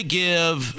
give